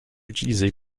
utilisé